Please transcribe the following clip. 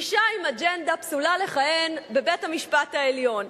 אשה עם אג'נדה פסולה לכהן בבית-המשפט העליון.